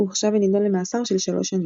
הורשע ונידון למאסר של שלוש שנים.